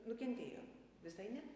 nukentėjo visai ne